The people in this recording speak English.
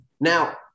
Now